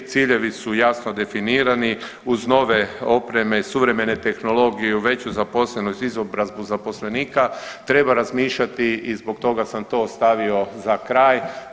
Ciljevi su jasno definirani uz nove opreme, suvremenu tehnologiju, veću zaposlenost, izobrazbu zaposlenika treba razmišljati i zbog toga sam to ostavio za kraj.